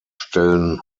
stellen